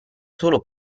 solo